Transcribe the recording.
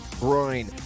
groin